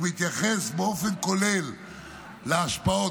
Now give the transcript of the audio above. הוא מתייחס באופן כולל להשפעות,